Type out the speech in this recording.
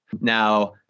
Now